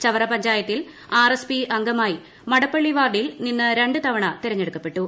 ചവറ പഞ്ചായത്തിൽ R S P അംഗമായി മടപ്പള്ളി വാർഡിൽ നിന്നു രണ്ടു തവണ തെരഞ്ഞെടുക്കപ്പെട്ടു